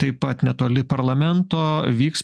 taip pat netoli parlamento vyks